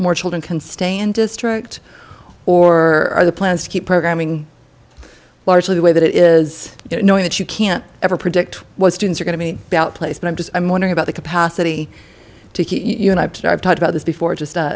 more children can stay in district or are the plans to keep programming largely the way that it is knowing that you can't ever predict what students are going to me about place and i'm just i'm wondering about the capacity to you and i have talked about this before just